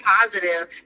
positive